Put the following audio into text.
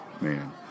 Man